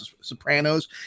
sopranos